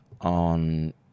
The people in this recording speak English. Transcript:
on